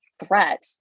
threat